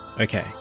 Okay